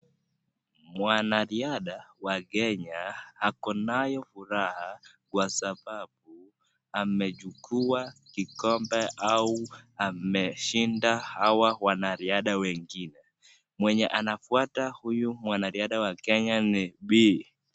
Mwanariadha wa Kenya, akonayo furaha kwa sababu amechukua kikombe au ameshinda hawa wanariadha wengine. Mwenye anafuata huyu mwanariadha wa Kenya ni Bii.